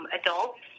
adults